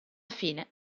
fine